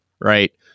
right